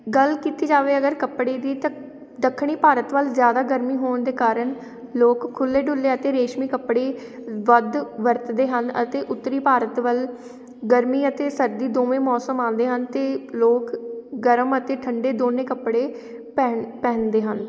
ਗੱਲ ਕੀਤੀ ਜਾਵੇ ਅਗਰ ਕੱਪੜੇ ਦੀ ਤਾਂ ਦੱਖਣੀ ਭਾਰਤ ਵੱਲ ਜ਼ਿਆਦਾ ਗਰਮੀ ਹੋਣ ਦੇ ਕਾਰਨ ਲੋਕ ਖੁੱਲ੍ਹੇ ਡੁੱਲੇ ਅਤੇ ਰੇਸ਼ਮੀ ਕੱਪੜੇ ਵੱਧ ਵਰਤਦੇ ਹਨ ਅਤੇ ਉੱਤਰੀ ਭਾਰਤ ਵੱਲ ਗਰਮੀ ਅਤੇ ਸਰਦੀ ਦੋਵੇਂ ਮੌਸਮ ਆਉਂਦੇ ਹਨ ਅਤੇ ਲੋਕ ਗਰਮ ਅਤੇ ਠੰਡੇ ਦੋਨੇ ਕੱਪੜੇ ਪਹਿ ਪਹਿਨਦੇ ਹਨ